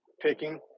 picking